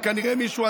או כנראה מישהו,